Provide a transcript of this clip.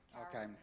Okay